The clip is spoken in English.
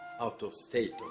out-of-state